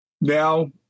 Now